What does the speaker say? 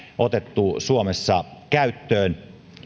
otettu suomessa käyttöön